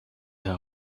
herr